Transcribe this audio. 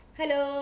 Hello